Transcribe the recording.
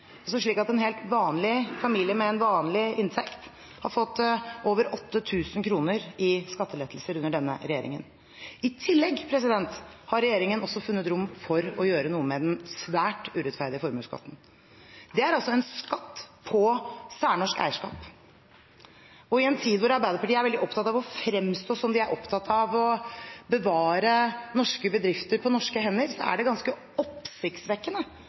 En helt vanlig familie med vanlig inntekt har fått over 8 000 kr i skattelettelser under denne regjeringen. I tillegg har regjeringen funnet rom for å gjøre noe med den svært urettferdige formuesskatten. Det er altså en særskatt på norsk eierskap. I en tid hvor Arbeiderpartiet er veldig opptatt av å fremstå som om de er opptatt av å bevare norske bedrifter på norske hender, er det ganske oppsiktsvekkende